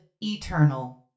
eternal